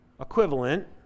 equivalent